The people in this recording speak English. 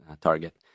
target